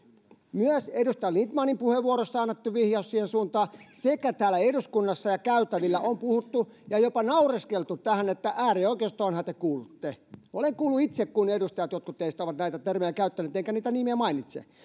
myös edustaja lindtmanin puheenvuorossa on annettu vihjaus siihen suuntaan ja täällä eduskunnassa ja käytävillä on puhuttu ja jopa naureskeltu että äärioikeistoonhan te kuulutte olen kuullut itse kun edustajat jotkut teistä ovat näitä termejä käyttäneet enkä niitä nimiä mainitse